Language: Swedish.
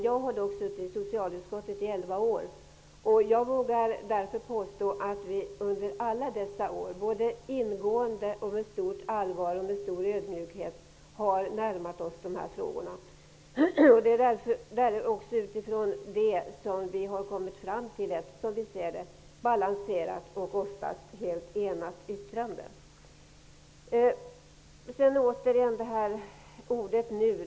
Jag har dock suttit i socialutskottet i elva år, och jag vågar därför påstå att vi under alla dessa år både ingående och med stort allvar och stor ödmjukhet har närmat oss de här frågorna. Det är utifrån ett sådant synsätt som vi, som vi ser saken, har kommit fram till ett balanserat och -- Sedan återigen till ordet nu.